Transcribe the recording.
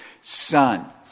son